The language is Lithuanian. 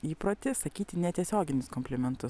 įprotį sakyti netiesioginius komplimentus